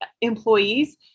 employees